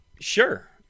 sure